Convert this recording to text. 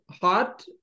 hot